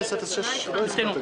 אושרה.